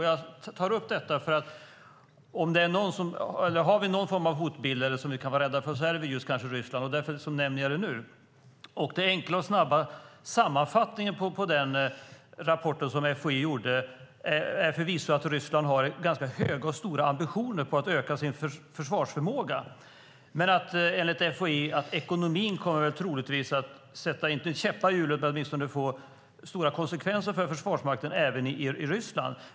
Jag tar upp detta, för om vi har någon form av hotbild eller något vi kan rädda för gäller det kanske just Ryssland. Den enkla och snabba sammanfattningen av FOI:s rapport är förvisso att Ryssland har ganska höga ambitioner om att öka sin försvarsförmåga men att ekonomin enligt FOI troligtvis kommer att kanske inte sätta käppar i hjulet men åtminstone få stora konsekvenser för försvarsmakten även i Ryssland.